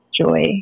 joy